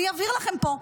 אני אבהיר לכם פה.